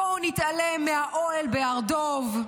בואו נתעלם מהאוהל בהר דב,